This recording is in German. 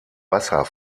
wasser